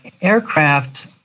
aircraft